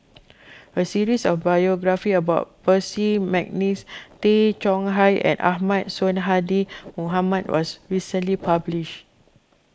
a series of biographies about Percy McNeice Tay Chong Hai and Ahmad Sonhadji Mohamad was recently published